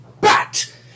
bat